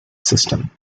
system